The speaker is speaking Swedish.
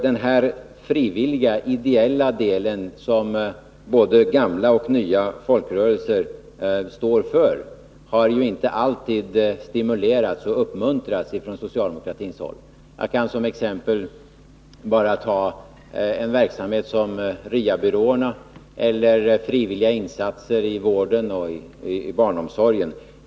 Den frivilliga, ideella inriktning som både gamla och nya folkrörelser står för har ju inte alltid stimulerats och uppmuntrats från socialdemokratins håll. Låt mig som exempel bara ta en verksamhet som RIA-byråernas eller behovet av frivilliga insatser i vården och i barnomsorgen.